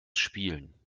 spielen